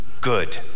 good